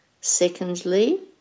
Secondly